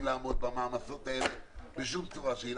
לעמוד במעמסות האלה בשום צורה שהיא.